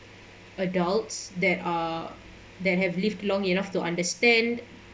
adults that are that have lived long enough to understand